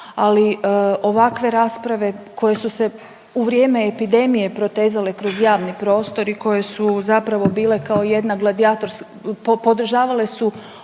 Ali ovakve rasprave koje su se u vrijeme epidemije protezale kroz javni prostor i koje su zapravo bile kao jedna gladijatorska, podržavale su